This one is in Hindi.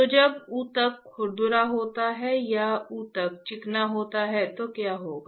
तो जब ऊतक खुरदरा होता है या ऊतक चिकना होता है तो क्या होगा